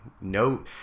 no